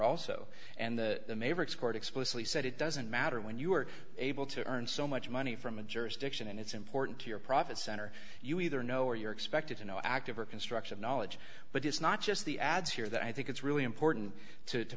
also and the court explicitly said it doesn't matter when you are able to earn so much money from a jurisdiction and it's important to your profit center you either know or you're expected to know active or construction knowledge but it's not just the ads here that i think it's really important to